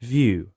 View